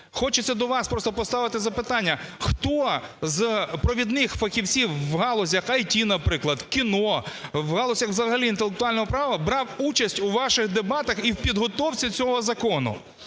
хочеться до вас просто поставити запитання, хто з провідних фахівців в галузях ІТ, наприклад, кіно, в галузях взагалі інтелектуального права брав участь у ваших дебатах і підготовці цього закону?